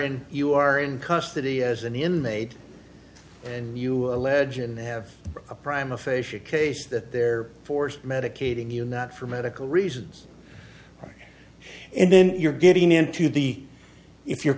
and you are in custody as an inmate and you allege and they have a prime aphasia case that they're forced medicating you not for medical reasons and then you're getting into the if you're